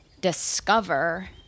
discover